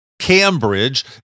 Cambridge